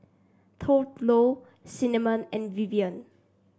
Thurlow Cinnamon and Vivian